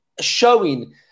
showing